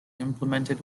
implemented